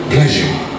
Pleasure